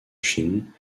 chine